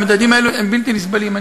המדדים האלו הם בלתי נסבלים.